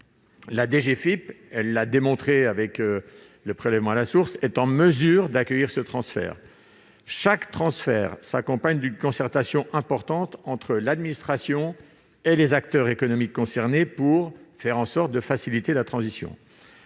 la DGFiP- elle l'a démontré avec le prélèvement à la source -est en mesure d'accueillir ce transfert. Chaque transfert s'accompagne d'une concertation importante entre l'administration et les acteurs économiques concernés pour faciliter la transition.